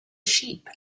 sheep